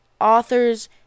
authors